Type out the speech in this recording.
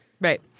right